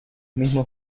mismos